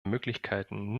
möglichkeiten